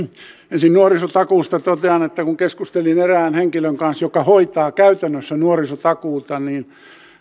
ensin nuorisotakuusta totean että kun keskustelin erään henkilön kanssa joka hoitaa käytännössä nuorisotakuuta niin